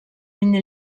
une